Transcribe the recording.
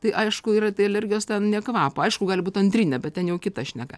tai aišku yra tai alergijos ten nė kvapo aišku gali būt antrinė bet ten jau kita šneka